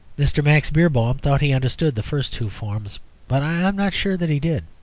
mr. max beerbohm thought he understood the first two forms but i am not sure that he did.